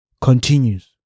continues